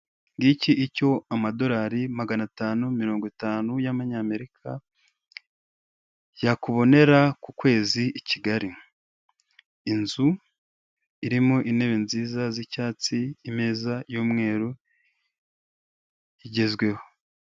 Ngiki icyo amadorari magana atanu mirongo itanu y' abanyamerika, yakubonera ku kwezi i kigali. Inzu irimo intebe nziza z'icyatsi, imeza y'umweru, igezweho.